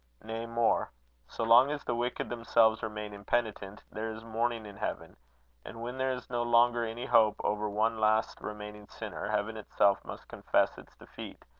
nay more so long as the wicked themselves remain impenitent, there is mourning in heaven and when there is no longer any hope over one last remaining sinner, heaven itself must confess its defeat,